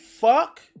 fuck